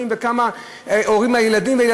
כמה ילדים וכמה הורים לילדים,